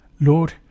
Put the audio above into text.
Lord